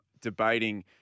debating